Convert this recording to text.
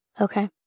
Okay